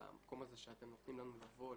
על המקום הזה שאתם נותנים לנו לבוא,